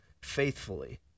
faithfully